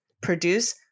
Produce